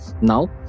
Now